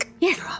Yes